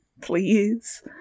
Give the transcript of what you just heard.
Please